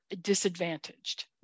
disadvantaged